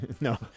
no